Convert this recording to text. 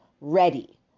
ready